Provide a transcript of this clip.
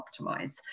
optimize